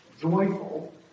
joyful